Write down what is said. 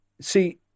see